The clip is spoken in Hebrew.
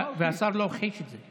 והשר לא הכחיש את זה.